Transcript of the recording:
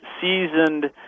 seasoned